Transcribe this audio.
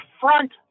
front